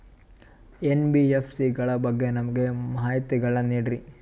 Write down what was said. NBFC ಗಳ ಬಗ್ಗೆ ನಮಗೆ ಮಾಹಿತಿಗಳನ್ನ ನೀಡ್ರಿ?